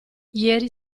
ieri